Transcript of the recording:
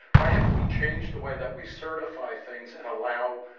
why haven't we changed the way that we certify things and allow